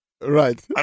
right